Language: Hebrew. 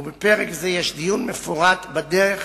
ובפרק זה יש דיון מפורט בדרך